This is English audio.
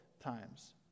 times